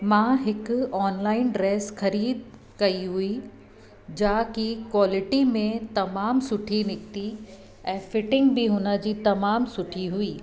मां हिक online dress ख़रीद कई हुई जा कि कोलिटी में तमामु सुठी निकिती ऐं फ़ितिंग बी हुन जी तमामु सुठी हुई